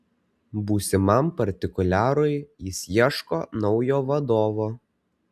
būsimam partikuliarui jis ieško naujo vadovo